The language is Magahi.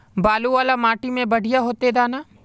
बालू वाला माटी में बढ़िया होते दाना?